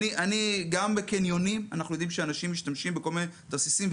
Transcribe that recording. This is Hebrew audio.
גם בקניונים אנחנו יודעים שאנשים משתמשים בכל מיני תרסיסים.